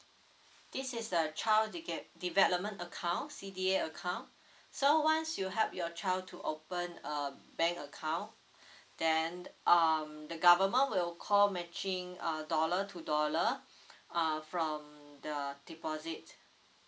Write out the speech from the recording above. this is the child deve~ development account C_D_A account so once you help your child to open a bank account then um the government will co matching err dollar to dollar err from the deposit